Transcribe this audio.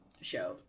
show